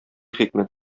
хикмәт